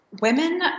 women